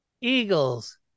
Eagles